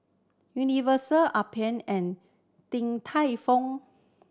Universal Alpen and Din Tai Fung